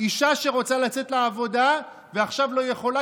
אישה שרוצה לצאת לעבודה ועכשיו לא יכולה